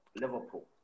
Liverpool